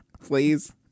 please